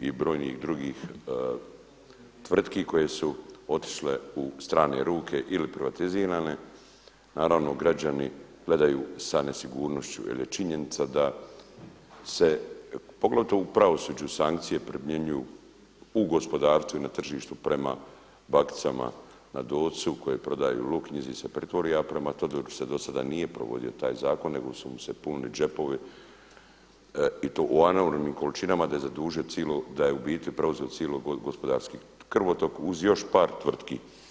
i brojnih drugih tvrtki koje su otišle u strane ruke ili privatizirane, naravno građani gledaju sa nesigurnošću jel je činjenica da se poglavito u pravosuđu sankcije primjenjuju u gospodarstvu i na tržištu prema bakicama na Dolcu koje prodaju luk, njizi se pritvori, a prema Todoriću se do sada nije provodio taj zakon nego su se punili džepovi i to u enormnim količinama da je u biti preuzeo cijeli gospodarski krvotok uz još par tvrtki.